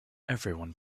everyone